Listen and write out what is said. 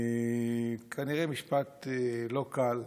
כנראה משפט לא קל,